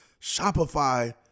Shopify